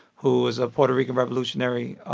who is a puerto rican revolutionary